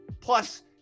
Plus